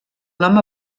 nom